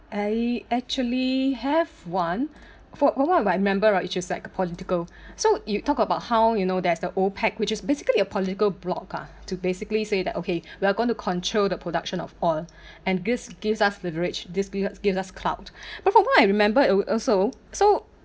I actually have one from what what I remember right it just like political so you talk about how you know there's the OPEC which is basically a political block ah to basically say that okay we're going to control the production of oil and this gives us the rage this give us gives us clout but from what I remember it would also so